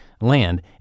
land